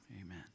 amen